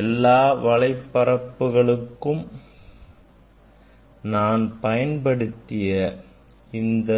எல்லா வளைப்பரப்புகளுக்கும் நான் பயன்படுத்திய இந்த